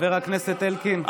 חבר הכנסת אלקין,